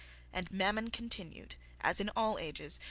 and mammon continued, as in all ages,